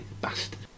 bastard